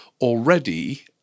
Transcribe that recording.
already